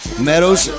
Meadows